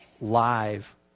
live